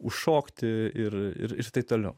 užšokti ir ir taip toliau